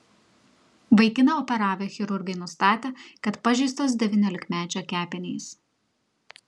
vaikiną operavę chirurgai nustatė kad pažeistos devyniolikmečio kepenys